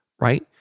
right